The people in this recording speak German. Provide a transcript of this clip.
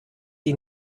die